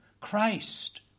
Christ